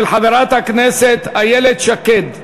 של חברת הכנסת איילת שקד.